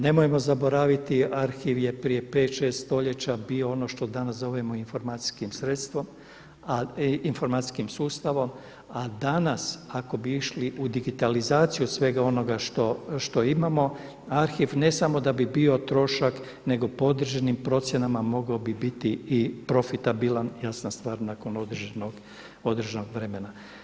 Nemojmo zaboraviti, arhiv je prije 5, 6 stoljeća bio ono što danas zovemo informacijskim sustavom a danas ako bi išli u digitalizaciju svega onoga što imamo arhiv ne samo da bi bio trošak nego po određenim procjenama mogao bi biti i profitabilan, jasna stvar, nakon određenog vremena.